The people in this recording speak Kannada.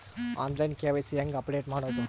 ಆನ್ ಲೈನ್ ಕೆ.ವೈ.ಸಿ ಹೇಂಗ ಅಪಡೆಟ ಮಾಡೋದು?